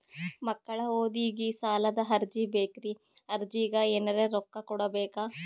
ಮಕ್ಕಳ ಓದಿಗಿ ಸಾಲದ ಅರ್ಜಿ ಬೇಕ್ರಿ ಅರ್ಜಿಗ ಎನರೆ ರೊಕ್ಕ ಕೊಡಬೇಕಾ?